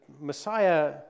Messiah